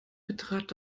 betrat